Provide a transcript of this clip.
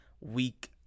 week